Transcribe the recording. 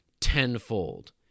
tenfold